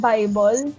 Bible